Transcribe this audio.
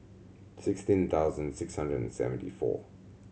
sixteen thousand six hundred and seventy four